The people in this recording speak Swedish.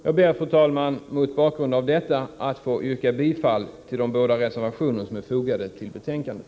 Jag ber, fru talman, mot bakgrund av detta att få yrka bifall till de båda reservationer som är fogade till betänkandet.